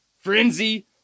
frenzy